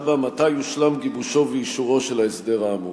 4. מתי יושלמו גיבושו ואישורו של ההסדר האמור?